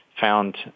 found